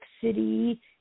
city –